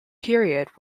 period